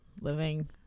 living